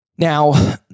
Now